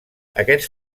aquests